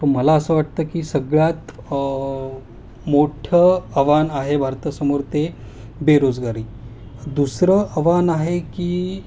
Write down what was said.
so मला असं वाटतं की सगळ्यात मोठं आव्हान आहे भारतासमोर ते बेरोजगारी दुसरं आव्हान आहे की